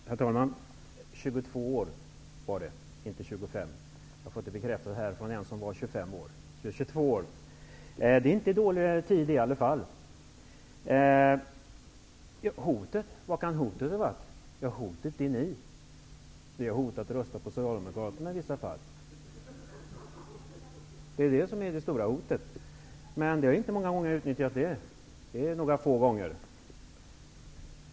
Herr talman! 22 år, sade jag -- inte 25. Jag har fått bekräftat att det är som jag sade från en som varit med i 25 år här. Men 22 år är inte så dåligt! Vad kan hotet ha varit? Jo, hotet är ni. Vi har hotat att rösta på Socialdemokraterna i vissa fall. Det är det stora hotet. Men det är bara några få gånger vi har utnyttjat den möjligheten.